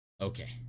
Okay